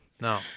No